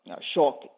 shock